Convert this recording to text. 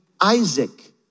Isaac